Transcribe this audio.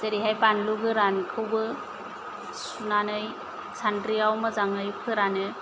जेरैहाय बानलु गोरानखौबो सुनानै सान्द्रियाव मोजाङै फोरानो